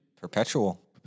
Perpetual